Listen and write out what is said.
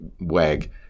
wag